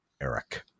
Eric